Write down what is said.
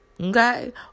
okay